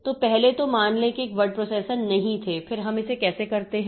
तो पहले तो मान लें कि वर्ड प्रोसेसर नहीं थे फिर हम इसे कैसे करते हैं